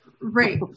Right